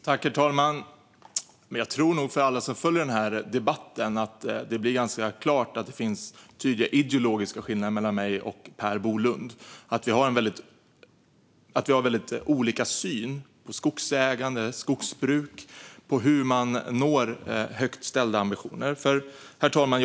Herr talman! Jag tror nog att det blir ganska klart för alla som följer den här debatten att det finns tydliga ideologiska skillnader mellan mig och Per Bolund. Vi har väldigt olika syn på skogsägande, skogsbruk och hur man når högt ställda ambitioner. Herr talman!